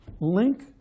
Link